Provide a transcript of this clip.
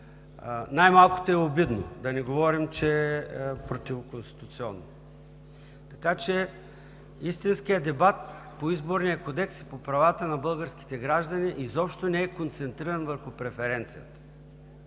Най-малкото е обидно! Да не говорим, че е противоконституционно. Истинският дебат по Изборния кодекс и по правата на българските граждани изобщо не е концентриран върху преференцията.